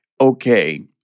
okay